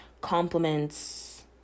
compliments